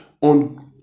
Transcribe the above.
on